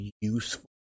useful